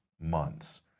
months